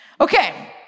Okay